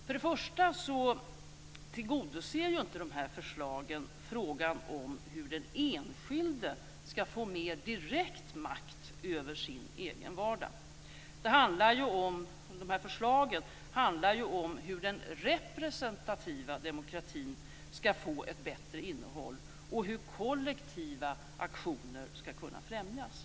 Först och främst tillgodoser dessa förslag inte frågan om hur den enskilde skall få mer direkt makt över sin egen vardag. Förslagen handlar om hur den representativa demokratin skall få ett bättre innehåll och hur kollektiva aktioner skall kunna främjas.